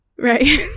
Right